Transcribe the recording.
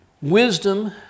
Wisdom